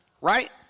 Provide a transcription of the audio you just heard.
right